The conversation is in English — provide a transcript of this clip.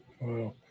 Wow